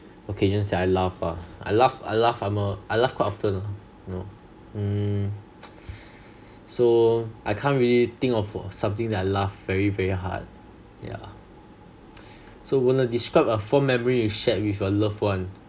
occasions that I laugh ah I laugh I laugh I laugh quite often ah you know mm so I can't really think of for something that I laugh very very hard yeah so wen le describe a fond memory which is shared with your loved one